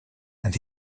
and